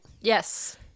Yes